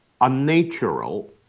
unnatural